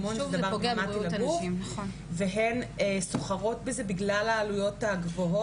זה עלול לפגוע בגוף והן סוחרות בזה בגלל העלויות הגבוהות.